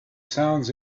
sounds